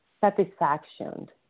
satisfaction